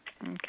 Okay